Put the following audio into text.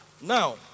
Now